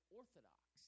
orthodox